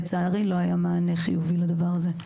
לצערי לא היה מענה חיובי לדבר הזה.